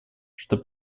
что